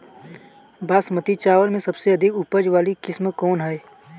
बासमती चावल में सबसे अधिक उपज वाली किस्म कौन है?